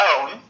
own